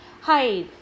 hi